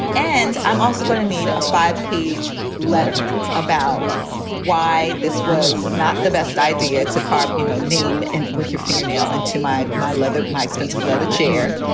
and i'm also going to need a five page letter about why this was not the best idea to carve a you know name and with your fingernail into my my leather, my expensive leather chair.